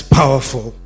powerful